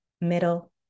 middle